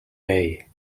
bay